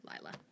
Lila